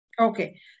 Okay